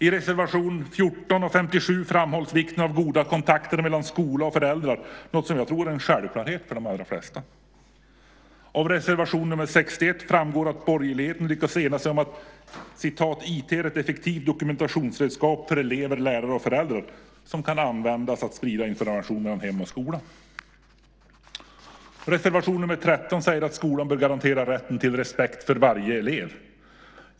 I reservationerna nr 14 och 57 framhålls vikten av goda kontakter mellan skola och föräldrar. Det är något som jag tror är en självklarhet för de allra flesta. Av reservation nr 61 framgår att borgerligheten lyckats ena sig om att "IT är ett effektivt dokumentationsredskap för elever, lärare och föräldrar" som kan användas för att sprida information mellan hem och skola. I reservation nr 13 sägs: "Skolan bör garantera rätten till respekt för varje elev."